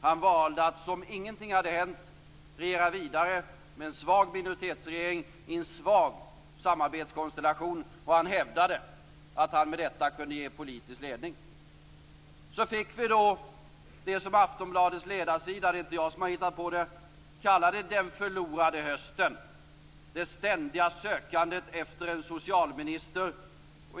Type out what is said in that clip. Han valde att som om ingenting hade hänt regera vidare med en svag minoritetsregering i en svag samarbetskonstellation. Han hävdade att han med detta kunde ge politisk ledning. Så fick vi då det som Aftonbladets ledarsida - det är inte jag som har hittat på det - kallade den förlorade hösten, och det ständiga sökandet efter en socialminister.